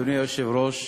אדוני היושב-ראש,